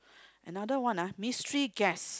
another one ah mystery guest